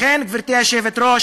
לכן, גברתי היושבת-ראש,